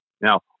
Now